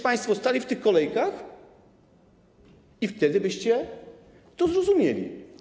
Państwo stalibyście w tych kolejkach i wtedy byście to zrozumieli.